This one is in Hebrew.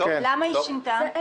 למה היא שינתה?